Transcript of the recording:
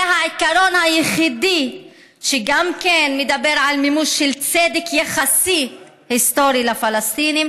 זה העיקרון היחידי שגם מדבר על מימוש של צדק יחסי היסטורי לפלסטינים,